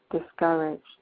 discouraged